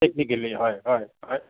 technically হয় হয় হয়